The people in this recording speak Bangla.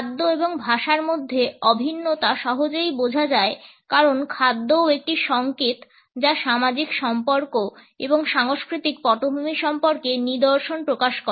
খাদ্য এবং ভাষার মধ্যে অভিন্নতা সহজেই বোঝা যায় কারণ খাদ্যও একটি সংকেত যা সামাজিক সম্পর্ক এবং সাংস্কৃতিক পটভূমি সম্পর্কে নিদর্শন প্রকাশ করে